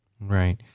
right